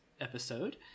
episode